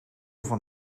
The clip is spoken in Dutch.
van